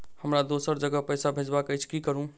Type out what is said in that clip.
हमरा दोसर जगह पैसा भेजबाक अछि की करू?